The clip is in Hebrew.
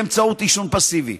באמצעות עישון פסיבי.